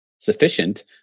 sufficient